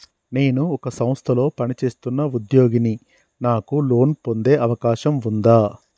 నేను ఒక సంస్థలో పనిచేస్తున్న ఉద్యోగిని నాకు లోను పొందే అవకాశం ఉందా?